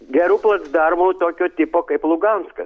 geru placdarmų tokio tipo kaip luhanskas